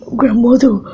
grandmother